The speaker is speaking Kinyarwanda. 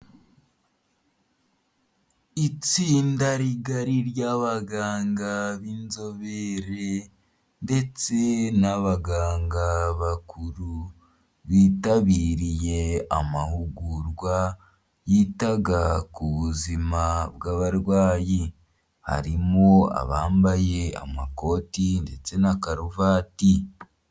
Itsinda rigari ry'abaganga b'inzobere ndetse n'abaganga bakuru, bitabiriye amahugurwa yitaga ku buzima bw'abarwayi, harimo abambaye amakoti ndetse na karuvati.